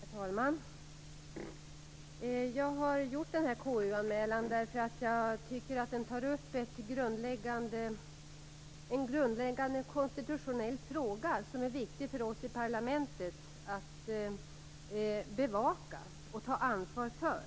Herr talman! Jag har gjort denna KU-anmälan därför att jag tycker att den tar upp en grundläggande konstitutionell fråga som är viktig för oss i parlamentet att bevaka och ta ansvar för.